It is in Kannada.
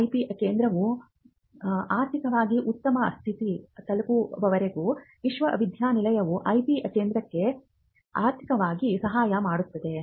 IP ಕೇಂದ್ರವು ಆರ್ಥಿಕವಾಗಿ ಉತ್ತಮ ಸ್ಥಿತಿ ತಲುಪುವವರೆಗೂ ವಿಶ್ವವಿದ್ಯಾಲಯವು IP ಕೇಂದ್ರಕ್ಕೆ ಆರ್ಥಿಕವಾಗಿ ಸಹಾಯ ಮಾಡುತ್ತದೆ